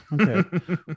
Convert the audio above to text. Okay